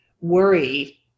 worry